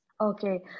Okay